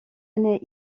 année